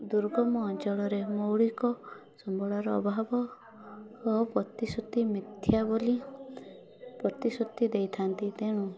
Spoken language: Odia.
ଦୁର୍ଗମ ଅଞ୍ଚଳରେ ମୌଳିକ ସମ୍ବଳର ଅଭାବ ଓ ପ୍ରତିଶ୍ରୁତି ମିଥ୍ୟା ବୋଲି ପ୍ରତିଶ୍ରୁତି ଦେଇଥାନ୍ତି ତେଣୁ